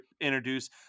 introduce